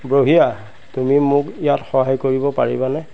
বঢ়িয়া তুমি মোক ইয়াত সহায় কৰিব পাৰিবানে